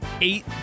eight